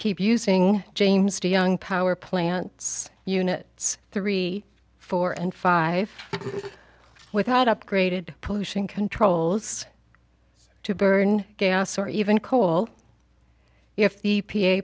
keep using james d young power plants units three four and five without upgraded pollution controls to burn gas or even coal if